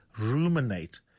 ruminate